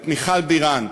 את מיכל בירן,